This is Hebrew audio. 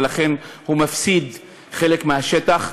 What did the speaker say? ולכן הוא מפסיד חלק מהשטח.